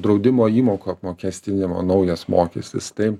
draudimo įmokų apmokestinimą naujas mokestis tai